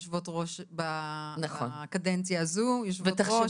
יושבות ראש בקדנציה הזו יושבות ראש,